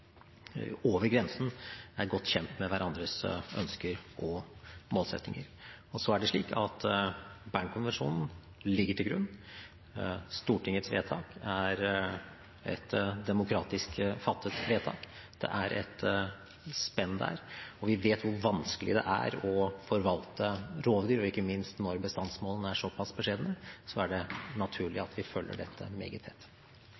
over grensen er godt kjent med hverandres ønsker og målsettinger. Bern-konvensjonen ligger til grunn. Stortingets vedtak er et demokratisk fattet vedtak. Det er et spenn der, og vi vet hvor vanskelig det er å forvalte rovdyr. Og ikke minst når bestandsmålene er såpass beskjedne, er det naturlig at vi følger dette meget tett.